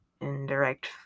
indirect